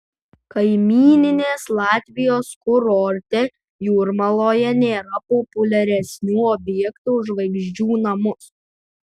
kaimyninės latvijos kurorte jūrmaloje nėra populiaresnių objektų už žvaigždžių namus